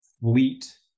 fleet